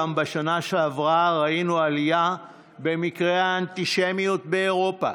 גם בשנה שעברה ראינו עלייה במקרי האנטישמיות באירופה.